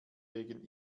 wegen